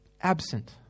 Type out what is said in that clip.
Absent